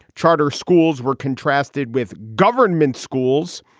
charter schools were contrasted with government schools.